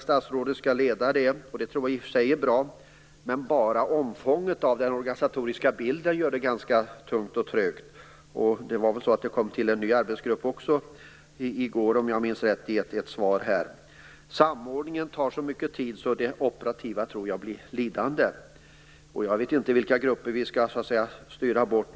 Statsrådet skall leda denna samordning - det är i och för sig bra. Men bara omfånget av den organisatoriska bilden gör det hela ganska tungt och trögt. Om jag minns rätt kom det till ytterligare en arbetsgrupp i går. Samordningen tar så mycket tid att det operativa blir lidande. Jag vet inte vilka grupper vi skall styra bort.